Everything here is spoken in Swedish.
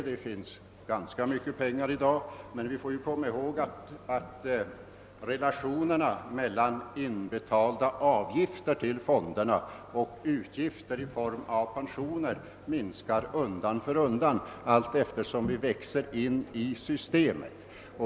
Det finns ganska mycket pengar i dag, men vi får komma ihåg att relationen mellan till fonderna inbetalade avgifter och utbetalade pensioner undan för undan förändras, allteftersom vi växer in i systemet.